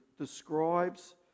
describes